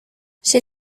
chez